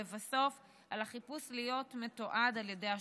ולבסוף, על החיפוש להיות מתועד על ידי השוטרים.